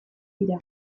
dira